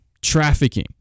Trafficking